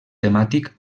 temàtic